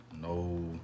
No